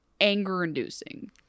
anger-inducing